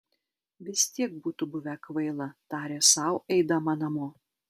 vis tiek būtų buvę kvaila tarė sau eidama namo